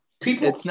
People